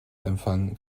empfang